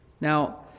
Now